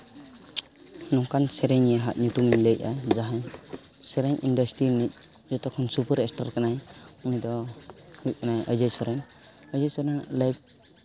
ᱱᱚᱝᱠᱟᱱ ᱥᱮᱨᱮᱧᱤᱭᱟᱹᱣᱟᱜ ᱧᱩᱛᱩᱢᱤᱧ ᱞᱟᱹᱭᱮᱜᱼᱟ ᱡᱟᱦᱟᱸᱭ ᱥᱮᱨᱮᱧ ᱤᱱᱰᱟᱥᱴᱨᱤ ᱨᱤᱱᱤᱡᱽ ᱡᱚᱛᱚ ᱠᱷᱚᱱ ᱥᱩᱯᱟᱨᱥᱴᱟᱨ ᱠᱟᱱᱟᱭ ᱩᱱᱤᱫᱚ ᱦᱩᱭᱩᱜ ᱠᱟᱱᱟᱭ ᱚᱡᱚᱭ ᱥᱚᱨᱮᱱ ᱚᱡᱚᱭ ᱥᱚᱨᱮᱱᱟᱜ ᱞᱟᱭᱤᱯᱷ